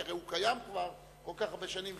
כי הרי הוא קיים כבר כל כך הרבה שנים?